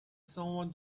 someone